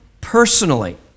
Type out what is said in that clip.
personally